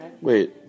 Wait